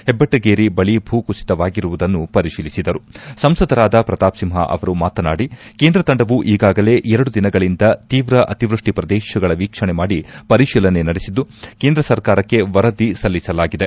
ಹೆಬ್ಬೆಟ್ಟಗೇರಿ ಬಳಿ ಭೂ ಕುಸಿತವಾಗಿರುವುದನ್ನು ಪರಿಶೀಲಿಸಿದರು ಸಂಸದರಾದ ಪ್ರತಾಪ್ ಸಿಂಹ ಅವರು ಮಾತನಾಡಿ ಕೇಂದ್ರ ತಂಡವು ಈಗಾಗಲೇ ಎರಡು ದಿನಗಳಿಂದ ತೀವ್ರ ಅತಿವೃಷ್ಟಿ ಪ್ರದೇಶಗಳ ವೀಕ್ಷಣೆ ಮಾಡಿ ಪರಿತೀಲನೆ ನಡೆಸಿದ್ದು ಕೇಂದ್ರ ಸರ್ಕಾರಕ್ಕೆ ವರದಿ ಸಲ್ಲಿಸಲಿದೆ